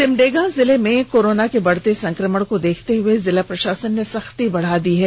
सिमडेगा जिले में कोरोना के बढ़ते संक्रमण को देखते हुए जिला प्रशासन ने सख्ती बढ़ा दी है